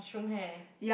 mushroom hair